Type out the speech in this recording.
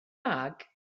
bag